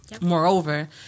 moreover